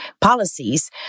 policies